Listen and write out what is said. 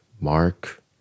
Mark